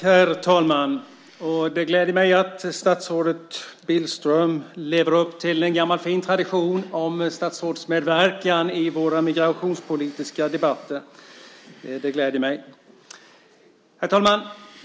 Herr talman! Det gläder mig att statsrådet Billström lever upp till en gammal fin tradition av statsrådsmedverkan i våra migrationspolitiska debatter. Herr talman!